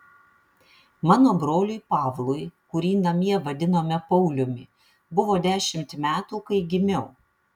mano broliui pavlui kurį namie vadinome pauliumi buvo dešimt metų kai gimiau